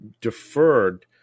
deferred